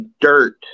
dirt